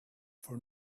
for